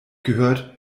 gehört